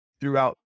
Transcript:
throughout